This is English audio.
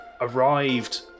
arrived